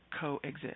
coexist